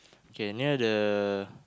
K near the